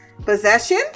possession